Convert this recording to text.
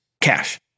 cash